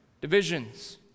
Divisions